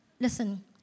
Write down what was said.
listen